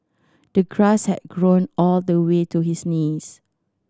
the grass had grown all the way to his knees